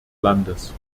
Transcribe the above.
landes